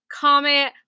comment